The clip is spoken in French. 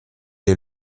est